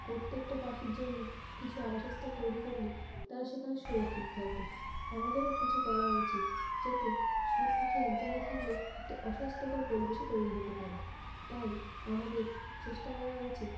প্রত্যেকটা পাখির জন্য কিছু আবাসস্থল তৈরি করলে তারা সেখানে সুরক্ষিত থাকবে আমাদেরও কিছু করা উচিত যাতে সব পাখি এক জায়গায় থাকলে একটি অস্বাস্থ্যকর পরিবেশও তৈরি হতে পারে তাই আমাদের চেষ্টা করা উচিত